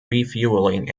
refueling